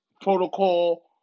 protocol